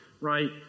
right